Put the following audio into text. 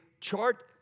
chart